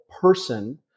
person